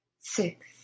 six